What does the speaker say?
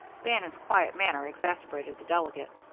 bannon's quiet manner exasperated the delegate.